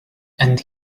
and